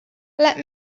let